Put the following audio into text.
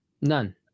None